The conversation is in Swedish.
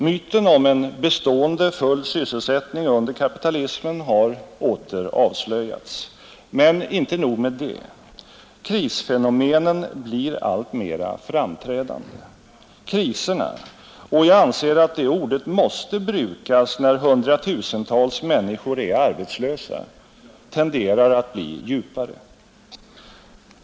Myten om en bestående full sysselsättning under kapitalismen har åter avslöjats. Men inte nog med det. Krisfenomenen blir alltmera framträdande. Kriserna — jag anser att det ordet måste brukas när hundratusentals människor är arbetslösa — tenderar att bli djupare.